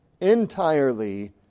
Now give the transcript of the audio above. entirely